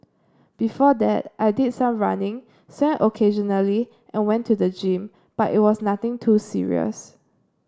before that I did some running swam occasionally and went to the gym but it was nothing too serious